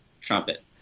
trumpet